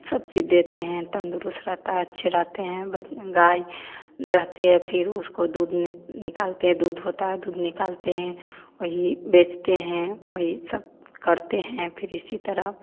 सब चीज देते हैं तंदुरुस्त रहता है अच्छे रहते हैं बच गाय रहती है फिर उसको दूध निकालते हैं दूध होता है दूध निकालते हैं वहीं बेचते हैं वही सब करते हैं फिर इसी तरह